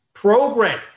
program